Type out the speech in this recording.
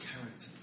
character